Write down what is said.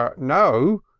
um no,